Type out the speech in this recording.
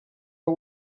her